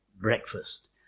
breakfast